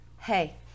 hey